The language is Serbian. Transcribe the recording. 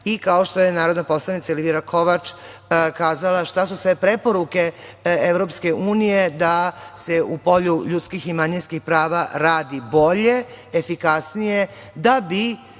i kao što je narodna poslanica Elvira Kovač kazala šta su sve preporuke Evropske unije da se u polju ljudskih i manjinskih prava radi bolje, efikasnije, da bi